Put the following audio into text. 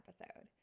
episode